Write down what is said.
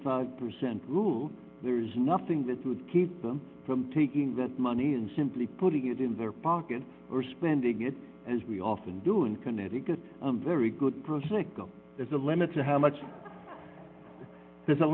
seventy percent rule there's nothing that would keep them from taking that money and simply putting it in their pocket or spending it as we often do in connecticut very good prosecco there's a limit to how much there's a